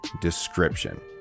description